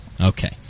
Okay